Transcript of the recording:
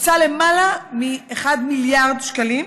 הוקצו למעלה מ-1 מיליארד שקלים,